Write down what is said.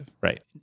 Right